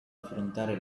affrontare